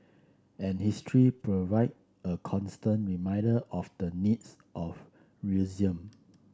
and history provide a constant reminder of the need for realism